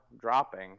dropping